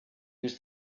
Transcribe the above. use